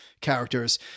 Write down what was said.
characters